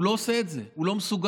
הוא לא עושה את זה, הוא לא מסוגל.